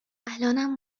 الانم